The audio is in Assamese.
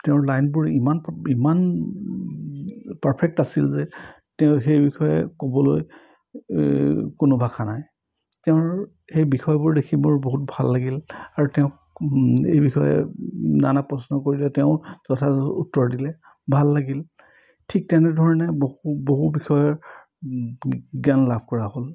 তেওঁৰ লাইনবোৰ ইমান ইমান পাৰফেক্ট আছিল যে তেওঁ সেই বিষয়ে ক'বলৈ কোনো ভাষা নাই তেওঁৰ সেই বিষয়বোৰ দেখি মোৰ বহুত ভাল লাগিল আৰু তেওঁক এই বিষয়ে নানা প্ৰশ্ন কৰিলে তেওঁ যথাযথ উত্তৰ দিলে ভাল লাগিল ঠিক তেনেধৰণে বহু বহু বিষয়ৰ জ্ঞান লাভ কৰা হ'ল